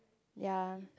ya